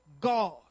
God